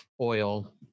oil